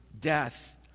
death